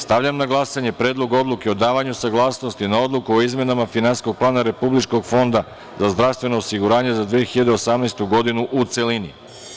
Stavljam na glasanje Predlog odluke o davanju saglasnosti na Odluku o izmenama Finansijskog plana Republičkog fonda za zdravstveno osiguranje za 2018. godinu, u celini.